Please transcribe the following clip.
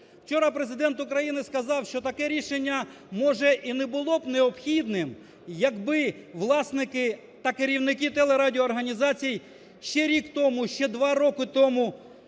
Вчора Президент України сказав, що таке рішення може і не було б необхідним, якби власники та керівники телерадіоорганізацій ще рік тому, ще два роки тому